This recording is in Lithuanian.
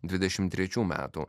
dvidešim trečių metų